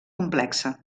complexa